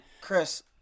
Chris